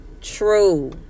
true